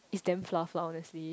is damn flaw honestly